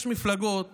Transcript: יש מפלגות